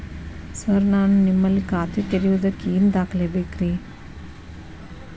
Sir ನಾನು ನಿಮ್ಮಲ್ಲಿ ಖಾತೆ ತೆರೆಯುವುದಕ್ಕೆ ಏನ್ ದಾಖಲೆ ಬೇಕ್ರಿ?